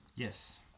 Yes